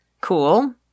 cool